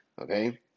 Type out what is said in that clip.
Okay